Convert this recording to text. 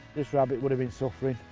this rabbit would have been suffering.